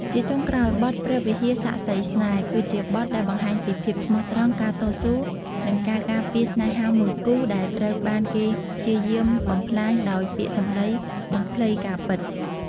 ជាចុងក្រោយ បទ ព្រះវិហារសាក្សីស្នេហ៍ គឺជាបទដែលបង្ហាញពីភាពស្មោះត្រង់ ការតស៊ូ និងការការពារស្នេហាមួយគូដែលត្រូវបានគេព្យាយាមបំផ្លាញដោយពាក្យសម្ដីបំភ្លៃការពិត។